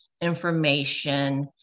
information